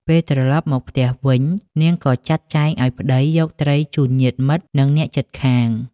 ពេលត្រឡប់មកផ្ទះវិញ នាងក៏ចាត់ចែងឱ្យប្តីយកត្រីជូនញាតិមិត្ត និងអ្នកជិតខាង។